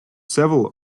several